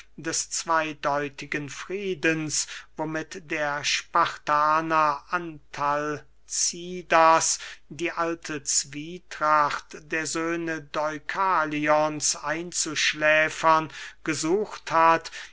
des zweydeutigen friedens womit der spartaner antalcidas die alte zwietracht der söhne deukalions einzuschläfern gesucht hat